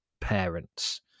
parents